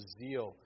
zeal